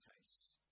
case